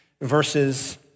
verses